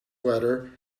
letter